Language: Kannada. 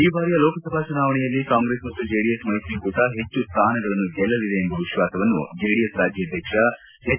ಈ ಬಾರಿಯ ಲೋಕಸಭಾ ಚುನಾವಣೆಯಲ್ಲಿ ಕಾಂಗ್ರೆಸ್ ಮತ್ತು ಜೆಡಿಎಸ್ ಮೈತ್ರಿಕೂಟ ಹೆಚ್ಚು ಸ್ಮಾನಗಳನ್ನು ಗೆಲ್ಲಲಿದೆ ಎಂಬ ವಿಶ್ವಾಸವನ್ನು ಜೆಡಿಎಸ್ ರಾಜ್ಕಾಧ್ಯಕ್ಷ ಎಚ್